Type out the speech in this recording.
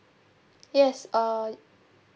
yes err